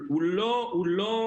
הוא לא אצלם.